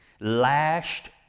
lashed